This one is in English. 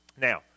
Now